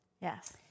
Yes